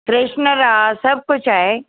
freshener आहे सभु कुझु आहे